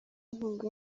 inkunga